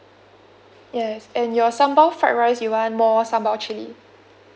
yes and your sambal fried rice you want more sambal chilli